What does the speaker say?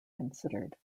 considered